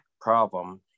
problem